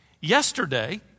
yesterday